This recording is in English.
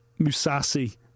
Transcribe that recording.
Musasi